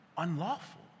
unlawful